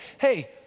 Hey